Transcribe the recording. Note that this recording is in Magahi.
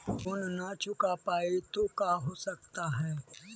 लोन न चुका पाई तो का हो सकता है?